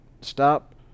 Stop